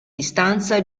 distanza